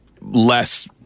less